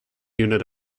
unit